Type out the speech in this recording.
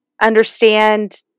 understand